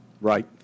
Right